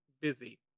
busy